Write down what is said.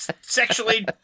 sexually